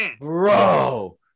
bro